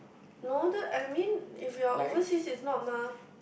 no dude I mean if you are overseas is not mah